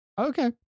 okay